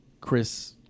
Chris